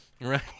right